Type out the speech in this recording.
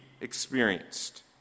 experienced